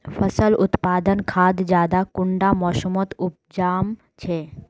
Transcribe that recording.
फसल उत्पादन खाद ज्यादा कुंडा मोसमोत उपजाम छै?